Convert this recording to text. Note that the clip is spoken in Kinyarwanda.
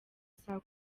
saa